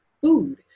food